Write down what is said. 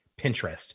Pinterest